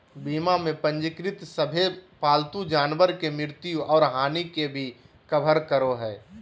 बीमा में पंजीकृत सभे पालतू जानवर के मृत्यु और हानि के भी कवर करो हइ